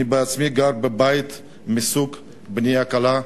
אני עצמי גר בבית מסוג בנייה קלה.